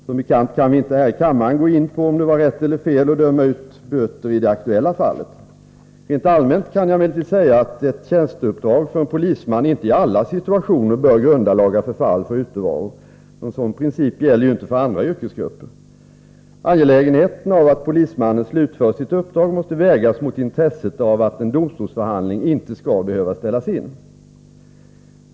Som bekant kan vi inte här i kammaren gå in på om det var rätt eller fel att döma ut böter i det aktuella fallet. Rent allmänt kan jag emellertid säga att ett tjänsteuppdrag för en polisman inte i alla situationer bör grunda laga förfall för utevaro. Någon sådan princip gäller ju inte för andra yrkesgrupper. Angelägenheten av att polismannen slutför sitt uppdrag måste vägas mot intresset av att en domstolsförhandling inte skall behöva ställas in.